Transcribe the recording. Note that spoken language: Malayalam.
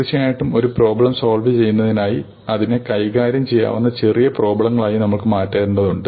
തീർച്ചയായും ഒരു പ്രോബ്ലം സോൾവ് ചെയ്യുന്നതിനായി അതിനെ കൈകാര്യം ചെയ്യാവുന്ന ചെറിയ പ്രോബ്ലങ്ങളായി നമുക്ക് മാറ്റേണ്ടതുണ്ട്